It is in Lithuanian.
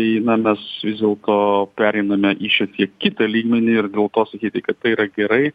tai na mes vis dėlto pereiname į šiek tiek kitą lygmenį ir dėl to sakyti kad tai yra gerai